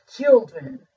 children